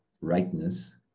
rightness